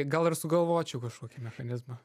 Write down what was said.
gal ir sugalvočiau kažkokį mechanizmą